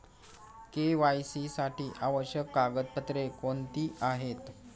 KYC साठी आवश्यक कागदपत्रे कोणती आहेत?